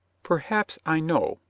perhaps i know,